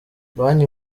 banki